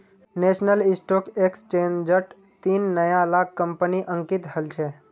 national stock एक्सचेंजट तीन नया ला कंपनि अंकित हल छ